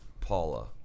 Paula